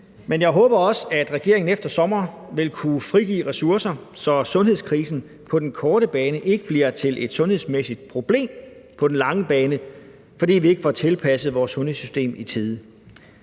men jeg håber også, at regeringen efter sommer vil kunne frigive ressourcer, så sundhedskrisen på den korte bane ikke bliver til et sundhedsmæssigt problem på den lange bane, fordi vi ikke får tilpasset vores sundhedssystem i tide.